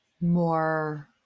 more